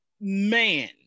man